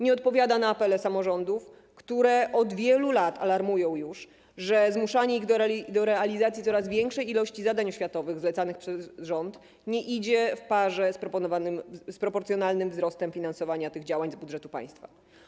Nie odpowiada na apele samorządów, które już od wielu lat alarmują, że zmuszanie ich do realizacji coraz większej ilości zadań oświatowych zlecanych przez rząd nie idzie w parze z proporcjonalnym wzrostem finansowania tych działań z budżetu państwa.